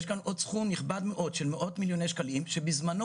יש כאן עוד סכום נכבד מאוד של מאות מיליוני שקלים שבזמנו,